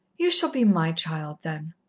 you shall be my child then.